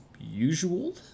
usual